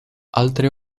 altre